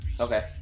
Okay